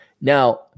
Now